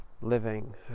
living